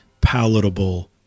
palatable